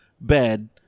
bed